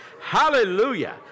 Hallelujah